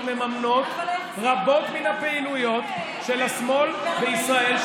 עמותות אירופיות מממנות רבות מן הפעילויות של השמאל בישראל,